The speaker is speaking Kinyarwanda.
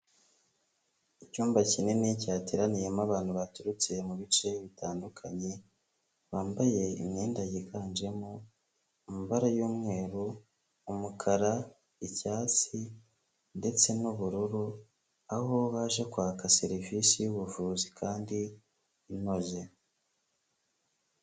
Icyumba kinini cyateraniyemo abantu baturutse mu bice bitandukanye, bambaye imyenda yiganjemo amabara y'umweru, umukara, icyatsi ndetse n'ubururu, aho baje kwaka serivisi y'ubuvuzi kandi inoze.